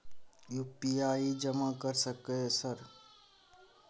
UPI जमा कर सके सर?